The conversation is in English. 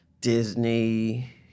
Disney